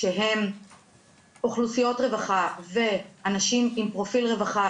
שהם אוכלוסיות רווחה ואנשים עם פרופיל רווחה,